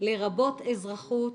לרבות אזרחות,